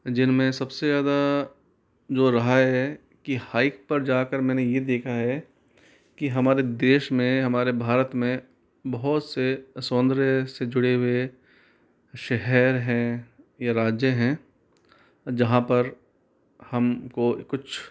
जिनमे सबसे ज़्यादा जो रहा है कि हाइक पर जाकर मैंने यह देखा है कि हमारे देश में हमारे भारत में बहुत से सौन्दर्य से जुड़े हुये शहर हैं या राज्य हैं जहाँ पर हमको कुछ